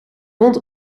wond